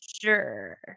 sure